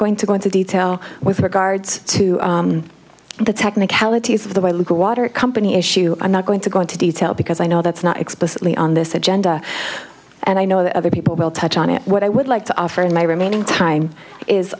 going to go into detail with regards to the technicalities of the liquid water company issue i'm not going to go into detail because i know that's not explicitly on this agenda and i know that other people will touch on it what i would like to offer in my remaining time is